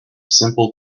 simple